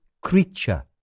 creature